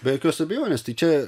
be jokios abejonės tai čia